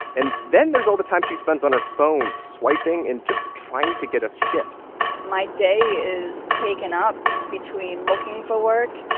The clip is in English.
and then there's all the time she spends on her phone swiping and just trying to get a shift my day is taken up between looking for work,